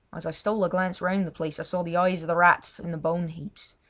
as i stole a glance round the place i saw the eyes of the rats in the bone heaps,